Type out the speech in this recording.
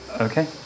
Okay